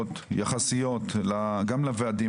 חופשיות יחסיות גם לוועדים,